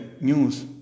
news